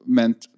meant